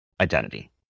identity